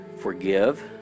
forgive